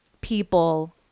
people